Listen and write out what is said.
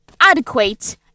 adequate